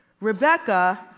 Rebecca